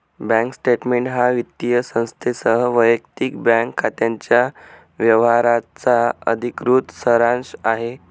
bank statement हा वित्तीय संस्थेसह वैयक्तिक बँक खात्याच्या व्यवहारांचा अधिकृत सारांश आहे